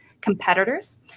competitors